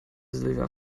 silvia